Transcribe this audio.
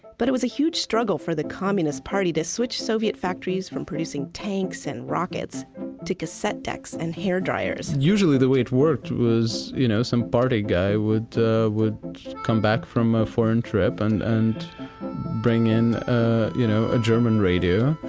but it was a huge struggle for the communist party to switch soviet factories from producing tanks and rockets to cassette decks and hair dryers. usually, the way it worked was you know some party guy would come back from a foreign trip and and bring in ah you know a german radio,